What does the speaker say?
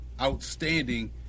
outstanding